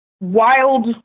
wild